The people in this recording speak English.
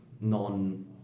non